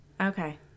Okay